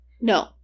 no